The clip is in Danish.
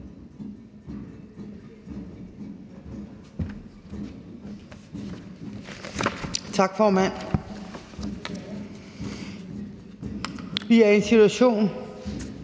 Tak, formand. Vi er i en situation,